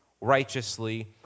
righteously